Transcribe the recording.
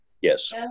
yes